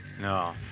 No